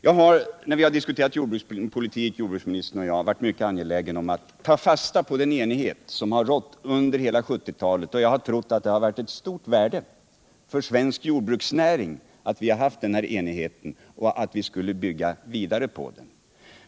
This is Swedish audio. När jordbruksministern och jag har diskuterat jordbrukspolitiken har jag varit mycket angelägen om att ta fasta på den enighet som har rått under hela 1970-talet. Jag har trott att det var ett stort värde för svensk jordbruksnäring att vi hade denna enighet och att vi skulle bygga vidare på den.